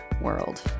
world